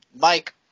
Mike